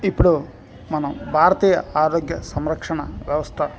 ఇప్పుడు మనం భారతీయ ఆరోగ్య సంరక్షణ వ్యవస్థ